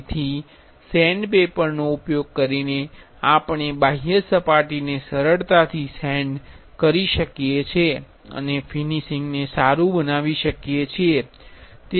તેથી સેન્ડપેપરનો ઉપયોગ કરીને આપણે બાહ્ય સપાટીને સરળતાથી સેંડ કરી શકીએ છીએ અને ફિનિશિંગને સારુ બનાવી શકીએ છીએ